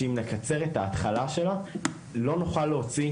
ואם נקצר את ההתחלה לא נוכל להוציא